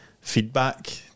feedback